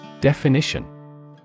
Definition